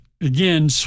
again